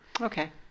Okay